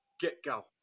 get-go